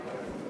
אייכלר,